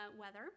weather